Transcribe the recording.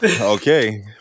Okay